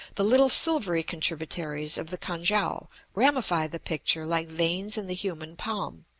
the little silvery contributaries of the kan-kiang ramify the picture like veins in the human palm,